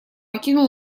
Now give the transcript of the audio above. окинул